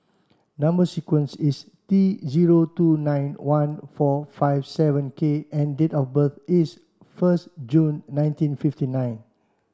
number sequence is T zero two nine one four five seven K and date of birth is first June nineteen fifty nine